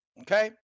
Okay